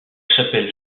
chapelle